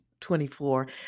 24